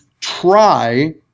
try